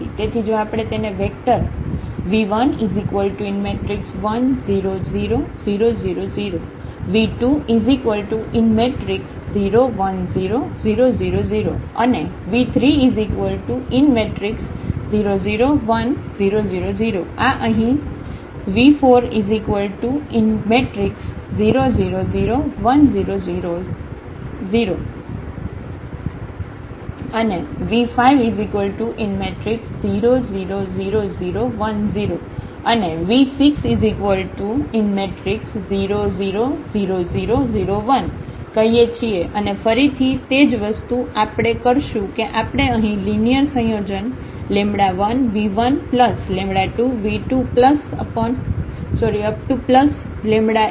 તેથી જો આપણે તેને વેક્ટર v11 0 0 0 0 0 v20 1 0 0 0 0 અને v30 0 1 0 0 0 આ અહીં આ v40 0 0 1 0 0 અને v50 0 0 0 1 0 અને v60 0 0 0 0 1 કહીએ છીએ અને ફરીથી તેજ વસ્તુ આપણે કરશું કે આપણે અહીં લિનિયર સંયોજન 1v12v2nvn0 લઈશું